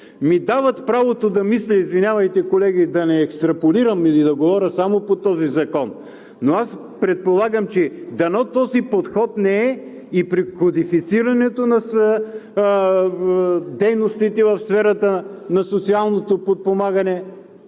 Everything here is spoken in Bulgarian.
ми дават правото да мисля – извинявайте, колеги, да не екстраполирам или да говоря само по този закон – но дано този подход не е и при кодифицирането на дейностите в сферата на социалното подпомагане,